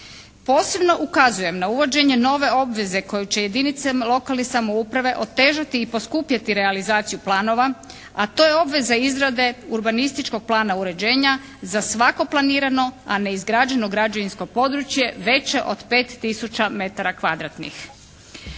Posebno ukazujem na uvođenje nove obveze koju će jedinice lokalne samouprave otežati i poskupjeti realizaciju planova, a to je obveza izrade urbanističkog plana uređenja za svako planirano, a ne izgrađeno građevinsko područje veće od 5000 m2.